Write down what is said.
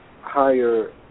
higher